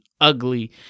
ugly